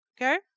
Okay